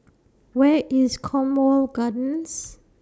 Where IS Cornwall Gardens